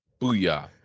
Booyah